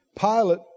Pilate